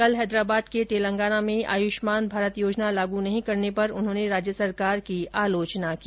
कल हैदराबाद के तेलंगाना में आयुष्मान भारत योजना लागू नहीं करने पर उन्होंने राज्य सरकार की आलोचना की